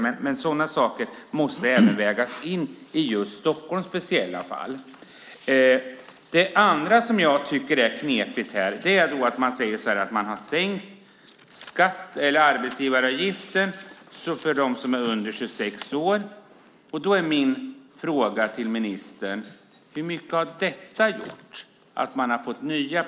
Men sådana saker måste även vägas in i Stockholms speciella fall. Det andra som är knepigt är att man har sagt att man har sänkt arbetsgivaravgiften för dem som är under 26 år. Min fråga till ministern är: Hur mycket har detta gjort att man har fått nya platser?